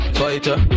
fighter